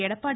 Edappadi